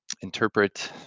interpret